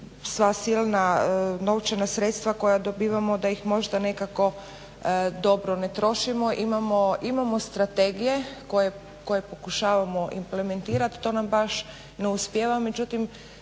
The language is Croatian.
sva silna novčana sredstva koja dobivamo da ih možda nekako dobro ne trošimo. Imamo strategije koje pokušavamo implementirati, to nam baš ne uspijeva međutim